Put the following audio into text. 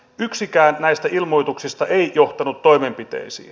yksikään näistä ilmoituksista ei johtanut toimenpiteisiin